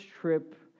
trip